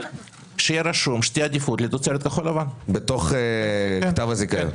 שיהיה רשום שתהיה עדיפות לתוצרת כחול לבן בכתב הזיכיון.